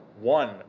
one